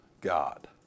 God